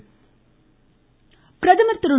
பிரதமர் பிரதமர் திரு